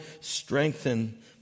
strengthen